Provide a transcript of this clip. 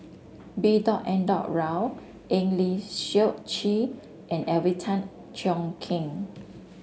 B dot N dot Rao Eng Lee Seok Chee and Alvin Tan Cheong Kheng